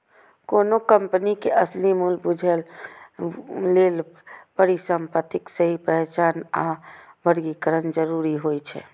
कोनो कंपनी के असली मूल्य बूझय लेल परिसंपत्तिक सही पहचान आ वर्गीकरण जरूरी होइ छै